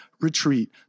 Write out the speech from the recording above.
retreat